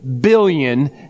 billion